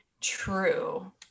true